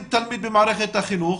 אני תלמיד במערכת החינוך,